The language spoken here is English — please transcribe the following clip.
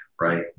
right